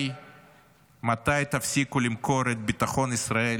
מתי תפסיקו למכור את ביטחון ישראל